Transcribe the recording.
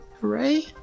Hooray